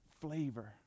flavor